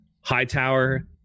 Hightower